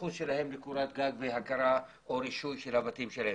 הזכות שלהם לקורת גג והכרה או רישוי של הבתים שלהם.